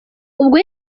ubwo